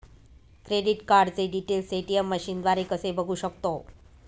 Credit कार्डचे details ATM मशीनद्वारे कसे बघू शकतो?